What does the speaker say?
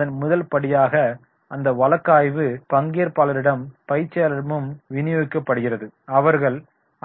அதன் முதல் படியாக அந்த வழக்காய்வு பங்கேற்பாளரிடமும் பயிற்சியாளர்களிடமும் விநியோகிக்கப்படுகிறது அவர்கள்